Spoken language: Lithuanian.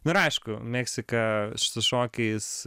nu ir aišku meksika su šokiais